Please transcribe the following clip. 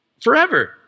forever